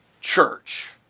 church